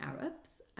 Arabs